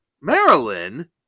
Marilyn